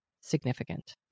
significant